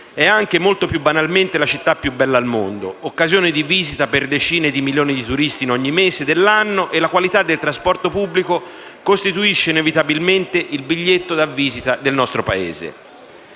è anche, molto più banalmente, la città più bella al mondo, occasione di visita per decine di milioni di turisti in ogni mese dell'anno e la qualità del trasporto pubblico costituisce, inevitabilmente, il biglietto da visita del nostro Paese.